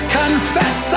confess